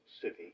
city